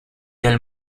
del